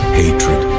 hatred